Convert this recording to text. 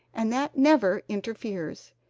and that never interferes.